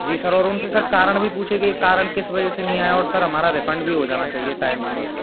जी sir और उनसे sir कारण भी पूछे कि कारण किस वजह से नहीं आए और सर हमारा रिफ़ंड भी हो जाना चाहिए टाइम से मतलब